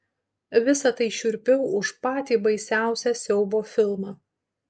visa tai šiurpiau už patį baisiausią siaubo filmą